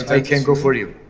i can go for you.